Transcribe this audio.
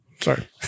Sorry